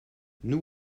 nous